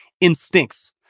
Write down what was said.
instincts